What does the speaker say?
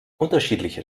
unterschiedliche